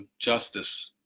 justice.